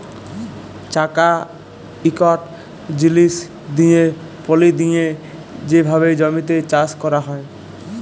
চাকা ইকট জিলিস দিঁয়ে পলি দিঁয়ে যে ভাবে জমিতে চাষ ক্যরা হয়